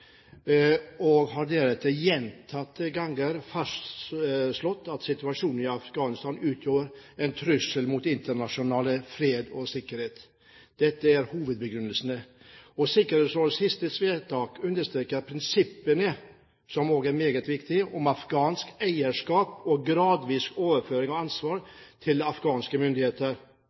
og har deretter gjentatte ganger fastslått at situasjonen i Afghanistan utgjør en trussel mot internasjonal fred og sikkerhet. Dette er hovedbegrunnelsen. Sikkerhetsrådets siste vedtak – som også er meget viktig – understreker prinsippene om afghansk eierskap og gradvis overføring av ansvar til afghanske myndigheter.